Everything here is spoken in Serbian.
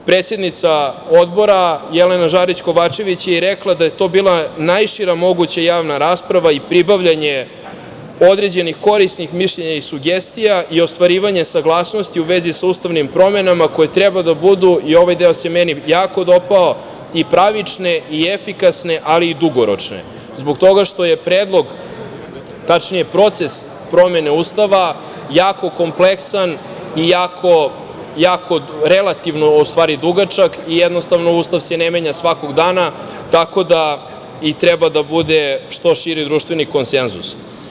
Predsednica Odbora, Jelena Žarić Kovačević, je rekla da je to bila najšira moguća javna rasprava i pribavljanje određenih korisnih mišljenja i sugestija i ostvarivanje saglasnosti u vezi sa ustavnim promenama koje treba da budu, i ovaj deo se meni jako dopao, i pravične i efikasne, ali i dugoročne, zbog toga što je predlog, tačnije proces promene Ustava jako kompleksan i relativno dugačak i, jednostavno, Ustav se ne menja svakog dana, tako da, i treba da bude što širi društveni konsenzus.